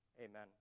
amen